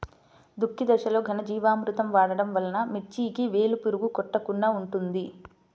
దుక్కి దశలో ఘనజీవామృతం వాడటం వలన మిర్చికి వేలు పురుగు కొట్టకుండా ఉంటుంది?